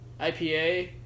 IPA